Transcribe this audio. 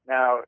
Now